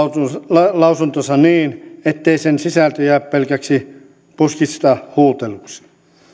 lehtilausuntonsa niin ettei sen sisältö jää pelkäksi puskista huuteluksi